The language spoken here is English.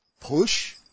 push